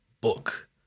book